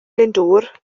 glyndŵr